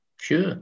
Sure